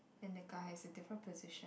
and the guy is a different position